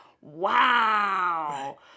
wow